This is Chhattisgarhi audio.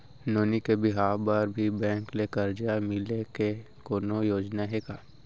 नोनी के बिहाव बर भी बैंक ले करजा मिले के कोनो योजना हे का?